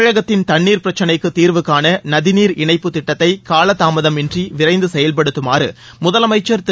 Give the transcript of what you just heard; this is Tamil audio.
தமிழகத்தின் தண்ணீர் பிரச்சினைக்கு தீர்வு காண நதிநீர் இணைப்புத் திட்டத்தை காலதாமதமின்றி விரைந்து செயல்படுத்தமாறு முதலமுச்சர் திரு